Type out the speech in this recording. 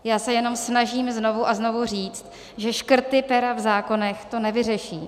Já se jenom snažím znovu a znovu říci, že škrty pera v zákonech to nevyřeší.